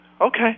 Okay